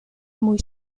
muy